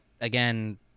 again